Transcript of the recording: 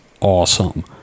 awesome